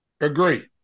Agree